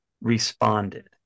responded